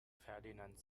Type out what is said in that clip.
ferdinand